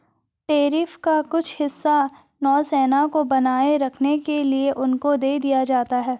tariff का कुछ हिस्सा नौसेना को बनाए रखने के लिए उनको दे दिया जाता है